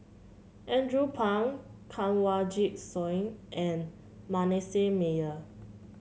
Andrew Phang Kanwaljit Soin and Manasseh Meyer